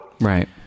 Right